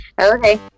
Okay